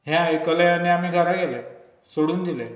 हें आयकलें आनी आमी घरा गेले सोडून दिलें